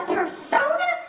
Persona